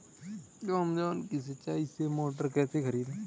Amazon से सिंचाई का मोटर कैसे खरीदें?